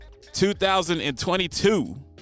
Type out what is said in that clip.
2022